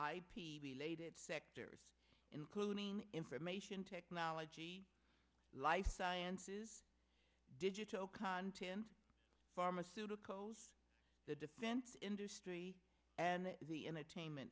ip related sectors including information technology life sciences digital content pharmaceuticals the defense industry and the entertainment